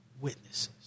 witnesses